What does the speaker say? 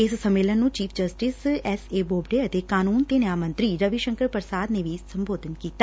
ਇਸ ਸੰਮੇਲਨ ਨੂੰ chief justice S A Bobde ਅਤੇ ਕਾਨੂੰਨ ਤੇ ਨਿਆਂ ਮੰਤਰੀ ਰਵੀ ਸ਼ੰਕਰ ਪੁਸ਼ਾਦ ਨੇ ਵੀ ਸੰਬੋਧਨ ਕੀਤਾ